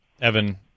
Evan